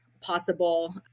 possible